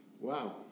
Wow